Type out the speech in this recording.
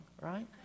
Right